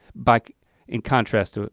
but in contrast, ah